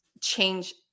change